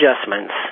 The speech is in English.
adjustments